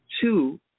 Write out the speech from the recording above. two